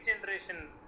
generation